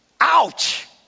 Ouch